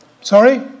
Sorry